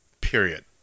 period